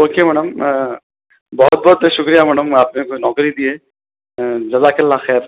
okay madam بہت بہت شکریہ میڈم آپ میرے کو نوکری دی ہے جزاک اللہ خیر